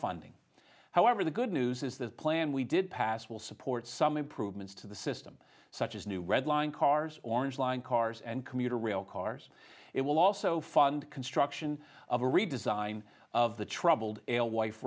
funding however the good news is the plan we did pass will support some improvements to the system such as new red line cars orange line cars and commuter rail cars it will also fund construction of a redesign of the troubled a